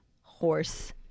horse